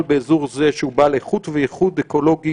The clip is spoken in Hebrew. באזור זה שהוא בעל איכות וייחוד אקולוגי,